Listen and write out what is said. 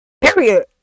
Period